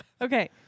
Okay